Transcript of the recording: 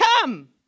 come